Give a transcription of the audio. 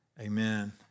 Amen